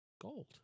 gold